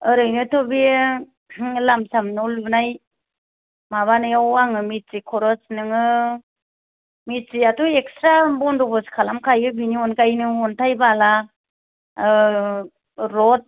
ओरैनोथ' बे लाम साम न' लुनाय माबानायाव आङो मिसट्रि खरस नोङो मिसट्रिआथ' एकस्रा बन्दबस खालामखायो बेनि अनगायै नों अन्थाय बाला र'द